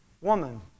woman